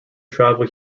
travel